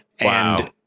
Wow